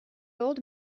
old